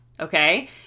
okay